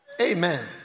amen